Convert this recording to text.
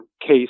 case